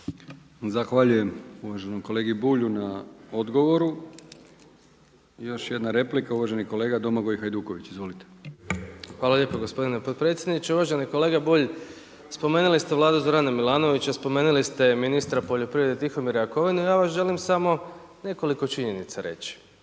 Zahvaljujem uvaženom kolegi Bulju na odgovoru. I još jedna replika, uvaženi kolega Domagoj Hajduković. Izvolite. **Hajduković, Domagoj (SDP)** Hvala lijepa gospodine potpredsjedniče. Uvaženi kolega Bulj, spomenuli ste Vladu Zorana Milanovića, spomenuli ste ministra poljoprivrede Tihomira Jakovinu. Ja vam želim samo nekoliko činjenica reći.